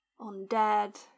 undead